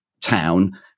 town